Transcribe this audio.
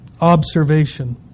observation